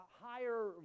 higher